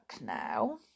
now